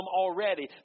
already